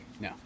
No